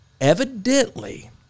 Evidently